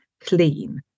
clean